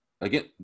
again